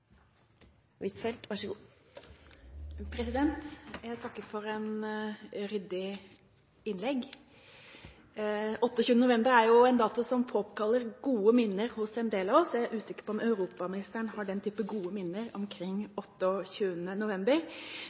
en dato som framkaller gode minner hos en del av oss. Jeg er usikker på om europaministeren har den type gode minner omkring 28. november,